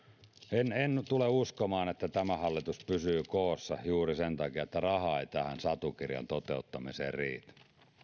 asian en tule uskomaan että tämä hallitus pysyy koossa juuri sen takia että raha ei tämän satukirjan toteuttamiseen riitä